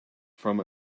from